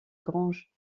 grange